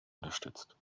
unterstützt